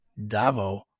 Davo